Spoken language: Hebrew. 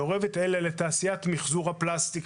אם זה למחזור הפלסטיק,